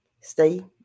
stay